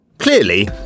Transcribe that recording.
Clearly